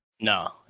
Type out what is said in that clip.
No